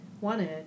wanted